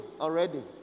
already